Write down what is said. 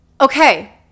Okay